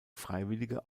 freiwillige